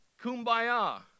kumbaya